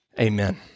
Amen